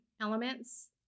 elements